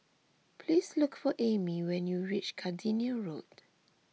please look for Aimee when you reach Gardenia Road